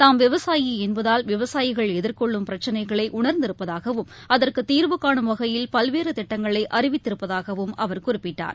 தாம் விவசாயி என்பதால் விவசாயிகள் எதிர்கொள்ளும் பிரச்சினைகளை உணர்ந்திருப்பதாகவும் அதற்கு தீர்வு காணும் வகையில் பல்வேறு திட்டங்களை அறிவித்திருப்பதாகவும் அவர் குறிப்பிட்டார்